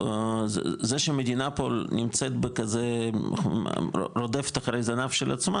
זה שהמדינה פה רודפת אחרי הזנב של עצמה,